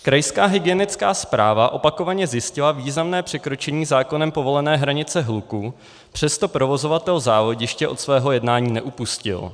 Krajská hygienická správa opakovaně zjistila významné překročení zákonem povolené hranice hluku, přesto provozovatel závodiště od svého jednání neupustil.